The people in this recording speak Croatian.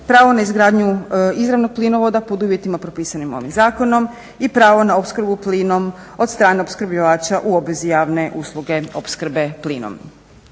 pravo na izgradnju izravnog plinovoda pod uvjetima propisanim ovim zakonom i pravo na opskrbu plinom od strane opskrbljivača u obvezi javne usluge opskrbe plinom.